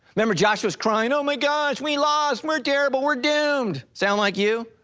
remember joshua was crying, oh my gosh, we lost, we're terrible, we're doomed, sound like you?